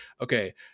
okay